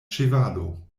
ĉevalo